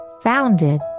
founded